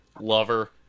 Lover